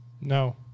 No